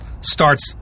starts